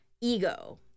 ego